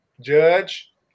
judge